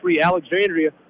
Alexandria